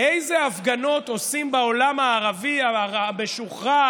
איזה הפגנות עושים בעולם הערבי המשוחרר,